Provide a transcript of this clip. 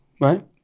right